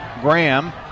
Graham